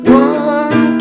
one